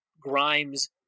Grimes